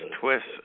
twists